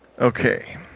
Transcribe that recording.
Okay